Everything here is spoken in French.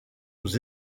aux